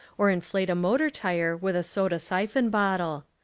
or inflate a motor tire with a soda-syphon bottle.